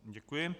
Děkuji.